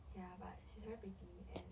ya but she's very pretty and